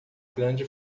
grande